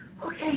Okay